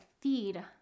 feed